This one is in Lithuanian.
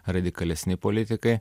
radikalesni politikai